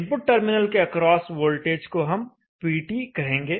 input terminal के across voltage को हम VT कहेंगे